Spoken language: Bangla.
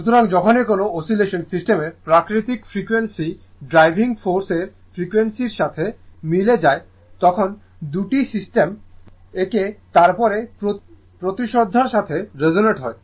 সুতরাং যখনই কোনও অসিলেশন সিস্টেমের প্রাকৃতিক ফ্রিকোয়েন্সি ড্রাইভিং ফোর্স এর ফ্রিকোয়েন্সি র সাথে মিলে যায় তখন 2 টি সিস্টেম একে অপরের প্রতি শ্রদ্ধার সাথে রেজনেট হয়